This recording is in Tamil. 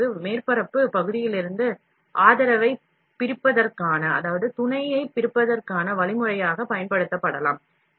இந்த முறிவு மேற்பரப்பு பகுதியிலிருந்து ஆதரவைப் பிரிப்பதற்கான வழிமுறையாக பயன்படுத்தப்படலாம்